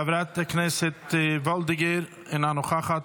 חברת הכנסת וולדיגר, אינה נוכחת,